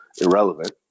irrelevant